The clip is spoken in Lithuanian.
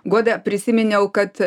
guoda prisiminiau kad